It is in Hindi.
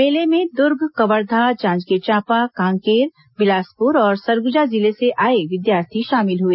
मेले में दुर्ग कवर्धा जांजगीर चांपा कांकेर बिलासपुर और सरगुजा जिले से आए विद्यार्थी शामिल हुए